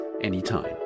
anytime